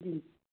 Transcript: હમ